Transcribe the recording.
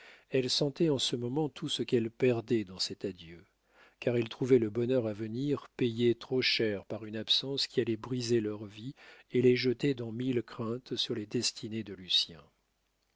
elles sentaient en ce moment tout ce qu'elles perdaient dans cet adieu car elles trouvaient le bonheur à venir payé trop cher par une absence qui allait briser leur vie et les jeter dans mille craintes sur les destinées de lucien